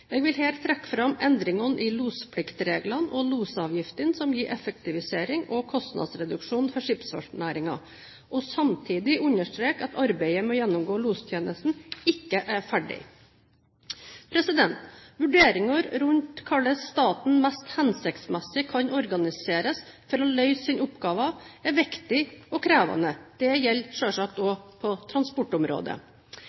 Jeg vil her trekke fram endringene i lospliktreglene og losavgiftene som gir effektivisering og kostnadsreduksjon for skipsfartsnæringen, og samtidig understreke at arbeidet med å gjennomgå lostjenesten ikke er ferdig. Vurderinger rundt hvordan staten mest hensiktsmessig kan organiseres for å løse sine oppgaver, er viktig og krevende – det gjelder